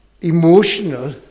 emotional